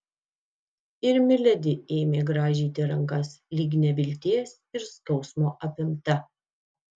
ir miledi ėmė grąžyti rankas lyg nevilties ir skausmo apimta